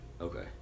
Okay